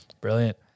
Brilliant